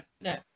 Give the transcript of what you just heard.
no